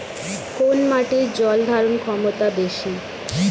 কোন মাটির জল ধারণ ক্ষমতা বেশি?